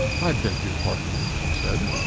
i beg your pardon, she said.